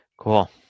cool